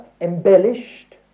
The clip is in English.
embellished